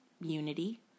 unity